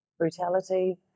brutality